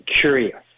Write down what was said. curious